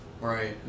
Right